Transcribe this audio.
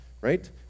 right